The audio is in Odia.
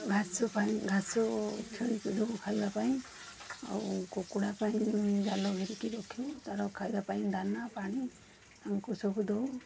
ଘାସ ପାଇଁ ଘାସ ଓ ଛେଳିଙ୍କୁ ଦେଉ ଖାଇବା ପାଇଁ ଆଉ କୁକୁଡ଼ା ପାଇଁ ଜାଲ ଘେରିକି ରଖି ତା'ର ଖାଇବା ପାଇଁ ଦାନା ପାଣି ତାଙ୍କୁ ସବୁ ଦେଉ